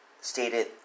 stated